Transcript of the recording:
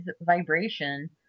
vibration